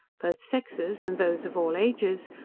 both sexes, and those of all ages,